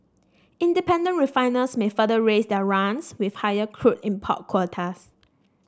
independent refiners may further raise their runs with higher crude import quotas